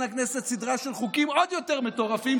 הכנסת סדרה של חוקים עוד יותר מטורפים,